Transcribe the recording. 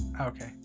okay